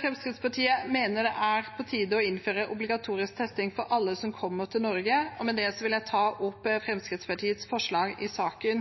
Fremskrittspartiet mener det er på tide å innføre obligatorisk testing for alle som kommer til Norge, og med det vil jeg ta opp Fremskrittspartiets forslag i saken.